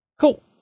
Cool